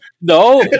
no